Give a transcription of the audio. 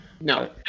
No